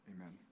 amen